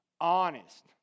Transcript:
Honest